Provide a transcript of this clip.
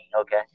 okay